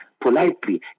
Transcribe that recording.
politely